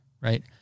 right